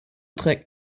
trägt